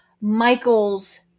Michael's